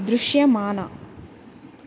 దృశ్యమాన